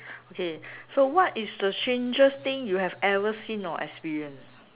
okay so what is the strangest thing you have ever seen or experienced